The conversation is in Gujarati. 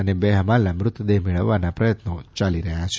અને બે હમાલના મૃતદેહ મેળવવાના પ્રયત્નો યાલી રહ્યા છે